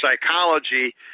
psychology